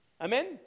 Amen